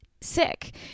sick